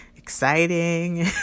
exciting